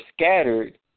scattered